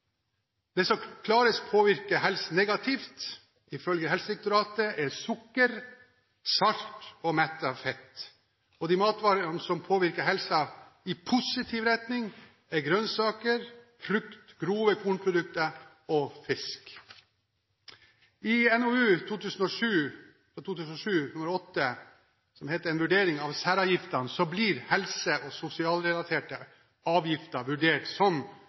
Det som klarest påvirker helsen negativt, er ifølge Helsedirektoratet sukker, salt og mettet felt. De matvarene som påvirker helsen i positiv retning, er grønnsaker, frukt, grove kornprodukter og fisk. I NOU 2007: 8 En vurdering av særavgiftene blir helse- og sosialrelaterte avgifter vurdert som